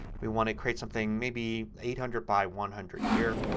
we want to create something, maybe, eight hundred by one hundred here.